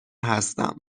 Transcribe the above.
هستم